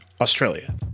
Australia